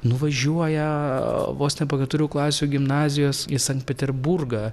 nuvažiuoja vos po ne keturių klasių gimnazijos į sankt peterburgą